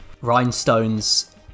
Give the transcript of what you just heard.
rhinestones